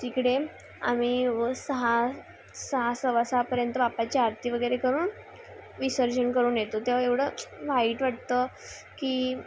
तिकडे आम्ही सहा सहा सवासहापर्यंत वापाची आरती वगेरे करून विसर्जन करून येतो तेव्हा एवढं वाईट वाटतं की